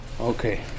Okay